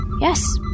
Yes